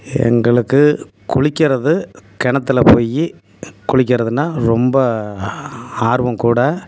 எங்களுக்கு குளிக்கிறது கிணத்துல போய் குளிக்கிறதுன்னா ரொம்ப ஆ ஆர்வம் கூட